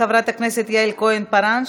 חברת הכנסת יעל כהן-פארן,